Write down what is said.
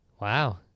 Wow